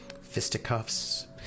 fisticuffs